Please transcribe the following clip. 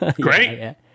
great